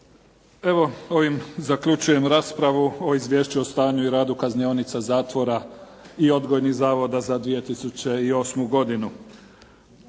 Evo ovim zaključujem raspravu o Izvješću o stanju i radu kaznionica, zatvora i odgojnih zavoda za 2008. godinu.